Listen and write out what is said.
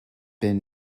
been